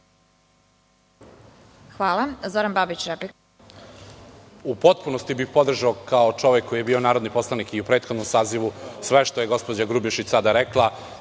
replika. **Zoran Babić** U potpunosti bih podržao kao čovek koji je bio narodni poslanik u prethodnom sazivu sve što je gospođa Grubješić sada rekla